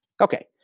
Okay